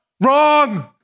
wrong